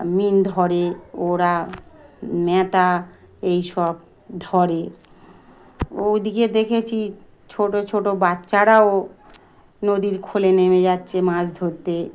মিন ধরে ওরা ম্যাতা এই সব ধরে ওদিকে দেখেছি ছোটো ছোটো বাচ্চারাও নদীর খোলে নেমে যাচ্ছে মাছ ধরতে